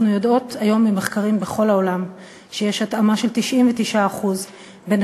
אנחנו יודעות היום ממחקרים בכל העולם שיש התאמה של 99% בין